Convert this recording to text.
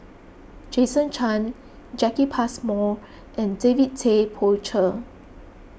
Jason Chan Jacki Passmore and David Tay Poey Cher